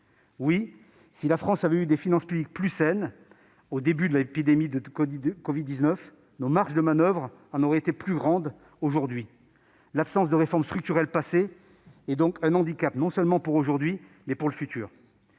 Oui, si la France avait eu des finances publiques plus saines au début de l'épidémie de covid-19, nos marges de manoeuvre auraient été plus grandes aujourd'hui. L'absence de réformes structurelles passées est donc un handicap non seulement pour le temps présent,